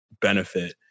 benefit